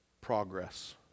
progress